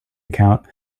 account